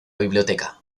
biblioteca